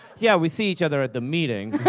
yeah, we see each other at the meetings.